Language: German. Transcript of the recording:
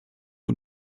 und